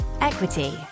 equity